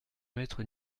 maître